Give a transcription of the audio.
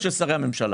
הממשלה.